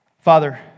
Father